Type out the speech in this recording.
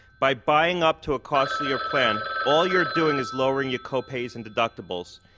by buying up to a costlier plan, all you're doing is lowering your co-pays and deductibles.